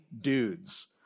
dudes